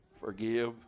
forgive